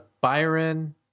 Byron